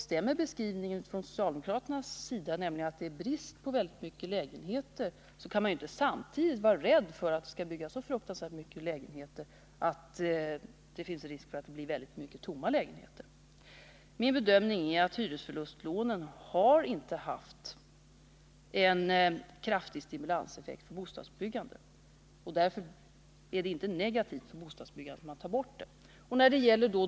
Stämmer beskrivningen från socialdemokraterna, att det är brist på lägenheter, så kan de inte samtidigt vara rädda för att det skall byggas så många lägenheter att det finns risk för att lägenheter blir tomma. Min bedömning är att hyresförlustlånen inte har haft en kraftig stimulanseffekt på bostadsbyggandet. Därför är det inte negativt för bostadsbyggandet att ta bort dem.